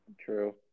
True